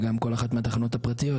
וגם כל אחת מהתחנות הפרטיות.